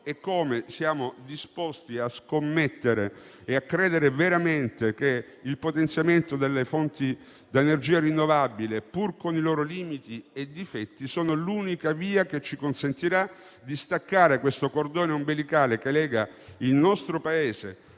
e come siamo disposti a scommettere e a credere veramente che il potenziamento delle fonti di energia rinnovabile, pur con i propri limiti e difetti, sia l'unica via che ci consentirà di staccare il cordone ombelicale che lega il nostro Paese,